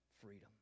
freedom